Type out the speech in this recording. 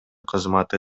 кызматы